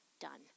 done